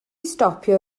stopio